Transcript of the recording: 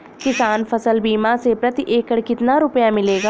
किसान फसल बीमा से प्रति एकड़ कितना रुपया मिलेगा?